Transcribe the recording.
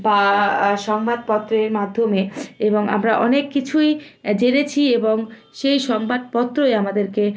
বা সংবাদপত্রের মাধ্যমে এবং আমরা অনেক কিছুই জেনেছি এবং সেই সংবাদপত্রই আমাদেরকে